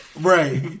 right